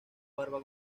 barba